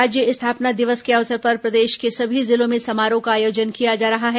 राज्य स्थापना दिवस के अवसर पर प्रदेश के सभी जिलों में समारोह का आयोजन किया जा रहा है